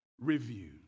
review